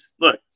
look